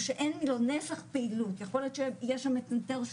או שאין לו נפח פעילות יכול להיות שיש מצנתר שהוא